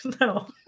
No